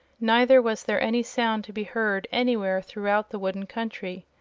neither was there any sound to be heard anywhere throughout the wooden country.